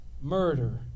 murder